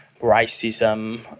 racism